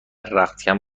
رختکن